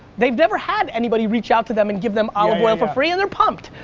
they've never had anybody reach out to them and give them olive oil for free and they're pumped.